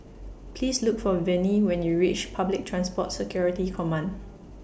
Please Look For Venie when YOU REACH Public Transport Security Command